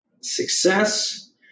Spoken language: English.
Success